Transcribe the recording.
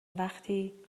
وقتی